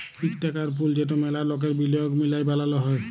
ইক টাকার পুল যেট ম্যালা লকের বিলিয়গ মিলায় বালাল হ্যয়